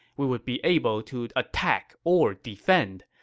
we would be able to attack or defend.